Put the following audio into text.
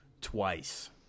twice